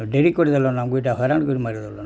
ଡେରି କରିଦଲନ ଆମ୍କୁ ଏଇଟା ହଇରାଣ କରି ମାରିଦେଲନ